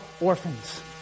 orphans